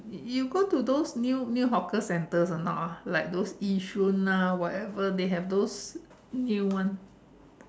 mm y~ you go to those new new hawker centres or not ah like those Yishun ah whatever they have those new one